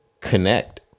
Connect